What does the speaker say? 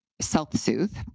self-soothe